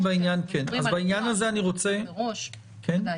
כן --- בטח